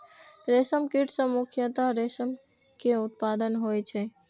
रेशम कीट सं मुख्यतः रेशम के उत्पादन होइ छै